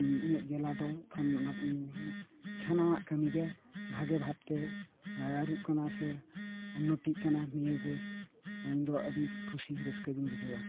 ᱤᱧᱟᱹᱜ ᱡᱮᱞᱟ ᱫᱚ ᱠᱷᱟᱱ ᱚᱱᱟ ᱥᱟᱱᱟᱢᱟᱜ ᱠᱟᱹᱢᱤ ᱜᱮ ᱵᱷᱟᱜᱮ ᱵᱷᱟᱵᱽ ᱛᱮ ᱟᱨᱩᱜ ᱠᱟᱱᱟ ᱥᱮ ᱩᱱᱱᱚᱛᱤᱜ ᱠᱟᱱᱟ ᱱᱚᱤᱭᱟᱹ ᱜᱮ ᱤᱧ ᱫᱚ ᱟᱹᱰᱤ ᱠᱩᱥᱤ ᱨᱟᱹᱥᱠᱟᱹᱜᱤᱧ ᱵᱩᱡᱷᱟᱹᱣᱟ